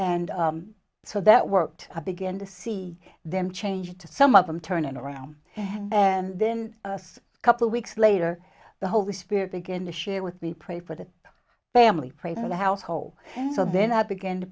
and so that worked i began to see them changed to some of them turning around and then a couple weeks later the holy spirit began to share with me pray for the family pray for the household and so then i began to